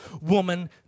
woman